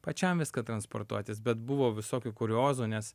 pačiam viską transportuotis bet buvo visokių kuriozų nes